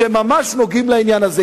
שהם ממש נוגעים לעניין הזה.